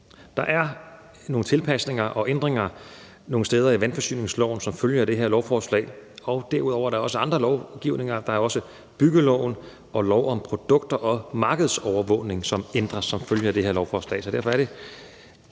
Der er nogle tilpasninger og ændringer nogle steder i vandforsyningsloven som følge af det her lovforslag, og derudover er der også andre lovgivninger, f.eks. byggeloven og lov om produkter og markedsovervågning, som ændres som følge af det her lovforslag. Så derfor er det